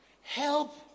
help